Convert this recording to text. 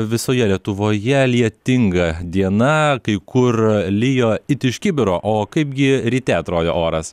visoje lietuvoje lietinga diena kai kur lijo it iš kibiro o kaipgi ryte atrodė oras